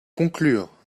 conclure